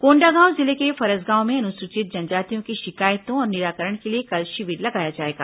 कोंडागांव जिले के फरसगांव में अनुसूचित जनजातियों के शिकायतों और निराकरण के लिए कल शिविर लगाया जाएगा